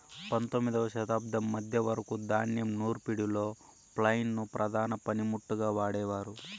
పందొమ్మిదవ శతాబ్దం మధ్య వరకు ధాన్యం నూర్పిడిలో ఫ్లైల్ ను ప్రధాన పనిముట్టుగా వాడేవారు